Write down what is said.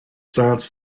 science